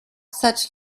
such